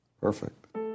Perfect